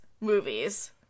movies